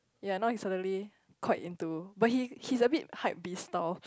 ya now he suddenly quite into but he he's a bit hypebeast style